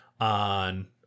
on